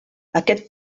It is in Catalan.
aquest